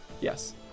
Yes